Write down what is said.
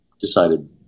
decided